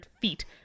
feet